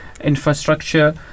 infrastructure